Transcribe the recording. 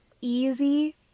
easy